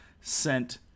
sent